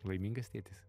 laimingas tėtis